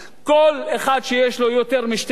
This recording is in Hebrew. כל אחד שיש לו יותר משתי דירות,